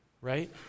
right